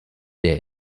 der